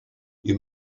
you